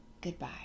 goodbye